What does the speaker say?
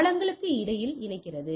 பாலங்களுக்கு இடையில் இணைக்கிறது